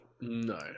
No